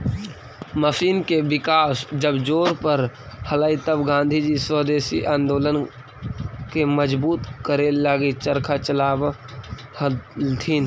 machine के विकास जब जोर पर हलई तब गाँधीजी स्वदेशी आंदोलन के मजबूत करे लगी चरखा चलावऽ हलथिन